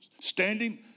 standing